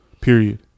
Period